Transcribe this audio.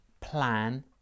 plan